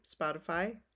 Spotify